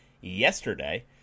yesterday